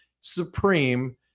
supreme